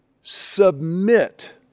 submit